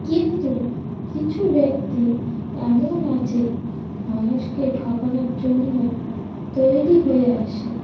কিন্তু কিছু ব্যক্তি এমন আছে মানুষকে ঠকানোর জন্য তৈরি হয়ে আসে